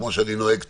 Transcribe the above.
כמו שאני נוהג תמיד,